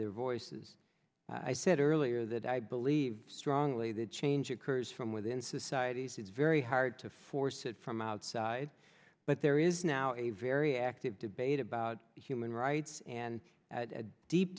their voices i said earlier that i believe strongly that change occurs from within societies it's very hard to force it from outside but there is now a very active debate about human rights and a deep